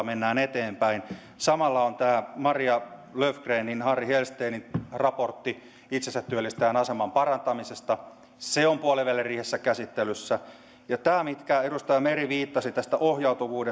mennään eteenpäin samalla on tämä maria löfgrenin ja harri hellstenin raportti itsensätyöllistäjän aseman parantamisesta se on puoliväliriihessä käsittelyssä tämä mihinkä edustaja meri viittasi tämä ohjautuvuus